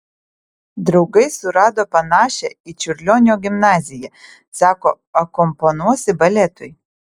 draugai surado panašią į čiurlionio gimnaziją sako akompanuosi baletui